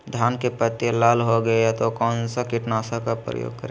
धान की पत्ती लाल हो गए तो कौन सा कीटनाशक का प्रयोग करें?